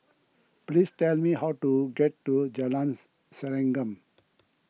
please tell me how to get to Jalan Serengam